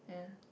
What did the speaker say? yeah